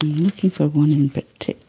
looking for one in particular,